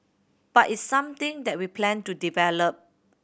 but it's something that we plan to develop